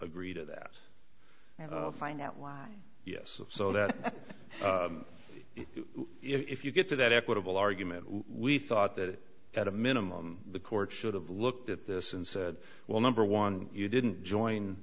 agree to that and find out why yes so that if you get to that equitable argument we thought that at a minimum the court should have looked at this and said well number one you didn't join